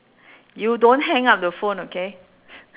you don't hang up the phone okay